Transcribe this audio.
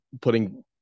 putting